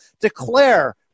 Declare